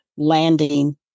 landing